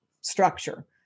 structure